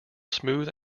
smooth